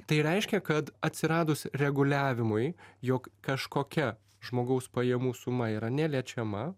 tai reiškia kad atsiradus reguliavimui jog kažkokia žmogaus pajamų suma yra neliečiama